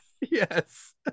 Yes